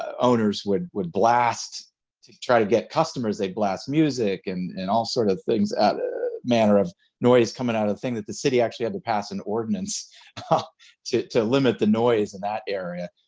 owners would would blast to try to get customers they blast music and and all sort of things ah manner of noise coming out of the thing, that the city actually had to pass an ordinance to to limit the noise in that area.